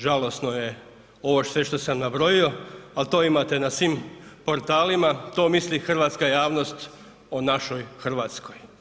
Žalosno je ovo sve što sam nabrojio, ali to imate na svim portalima, to misli hrvatska javnost o našoj Hrvatskoj.